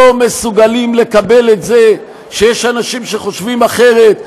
לא מסוגלים לקבל את זה שיש אנשים שחושבים אחרת,